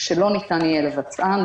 שלא ניתן יהיה לבצען.